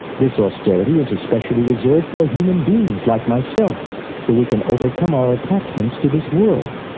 this austerity is especially reserved for human beings like myself so we can overcome our attachments to this world.